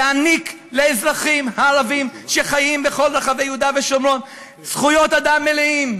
יעניק לאזרחים הערבים שחיים בכל רחבי יהודה ושומרון זכויות אדם מלאות,